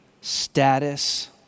status